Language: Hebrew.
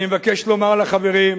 אני מבקש לומר לחברים,